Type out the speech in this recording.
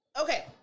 okay